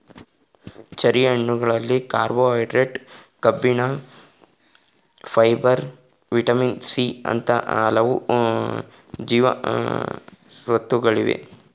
cherry ಹಣ್ಣುಗಳಲ್ಲಿ carbohydrates, ಕಬ್ಬಿಣ, fibre, vitamin C ಅಂತ ಹಲವು ಜೀವಸತ್ವಗಳಿವೆ